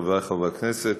חברי חברי הכנסת,